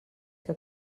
que